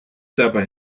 dabei